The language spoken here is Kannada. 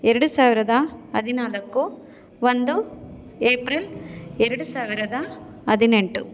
ಎರಡು ಸಾವಿರದ ಹದಿನಾಲ್ಕು ಒಂದು ಏಪ್ರಿಲ್ ಎರಡು ಸಾವಿರದ ಹದಿನೆಂಟು